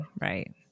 right